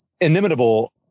inimitable